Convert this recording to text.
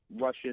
Russian